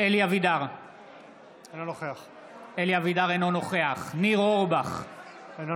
מזכיר הכנסת דן מרזוק: (קורא בשמות חברי הכנסת) אלי אבידר,